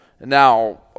Now